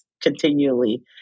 continually